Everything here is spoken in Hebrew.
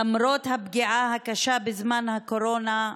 למרות הפגיעה הקשה בזמן הקורונה,